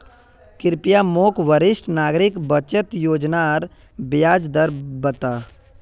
कृप्या मोक वरिष्ठ नागरिक बचत योज्नार ब्याज दर बता